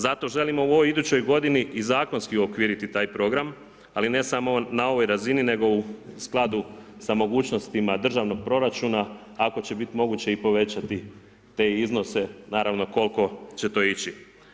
Zato želimo u ovoj idućoj godini i zakonski uokviriti taj Program, ali ne samo na ovoj razini nego u skladu sa mogućnosti državnog proračuna, ako će biti moguće i povećati te iznose, naravno koliko će to ići.